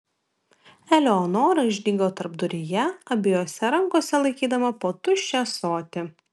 eleonora išdygo tarpduryje abiejose rankose laikydama po tuščią ąsotį